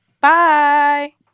Bye